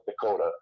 Dakota